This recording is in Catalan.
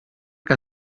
que